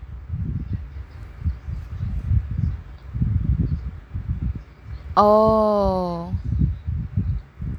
oh